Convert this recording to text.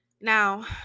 Now